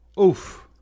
Oof